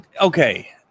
Okay